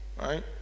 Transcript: right